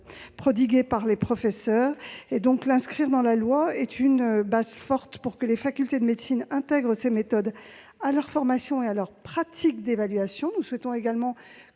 prodigué par les professeurs. L'inscrire dans la loi constitue une base forte pour que les facultés de médecine intègrent ces méthodes à leurs formations et à leurs pratiques d'évaluation. Nous souhaitons également